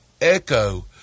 Echo